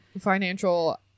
Financial